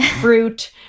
fruit